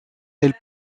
elle